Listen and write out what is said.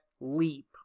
leap